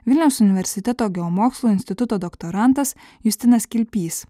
vilniaus universiteto geomokslų instituto doktorantas justinas kilpys